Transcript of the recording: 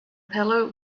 pillow